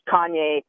Kanye